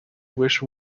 wish